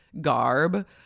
garb